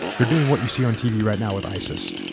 they're doing what you see on tv right now with isis.